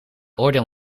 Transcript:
oordeel